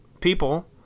people